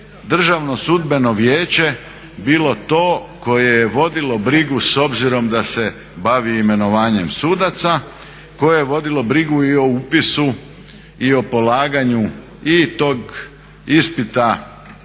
Državno sudbeno vijeće bilo to koje je vodilo brigu s obzirom da se bavi imenovanjem sudaca, koje je vodilo brigu i o upisu i o polaganju i tog ispita za